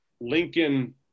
Lincoln